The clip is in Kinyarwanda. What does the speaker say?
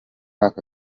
aka